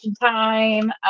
time